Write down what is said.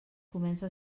comença